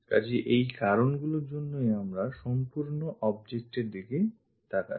কাজেই এই কারণগুলির জন্যই চলো আমরা সম্পূর্ণ object এর দিকে তাকাই